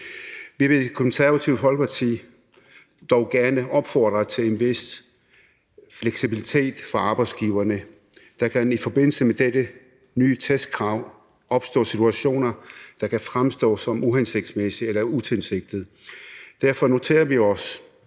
i Det Konservative Folkeparti dog gerne opfordre til en vis fleksibilitet for arbejdsgiverne. Der kan i forbindelse med dette nye testkrav opstå situationer, der kan fremstå som uhensigtsmæssige eller utilsigtede. Derfor noterer vi os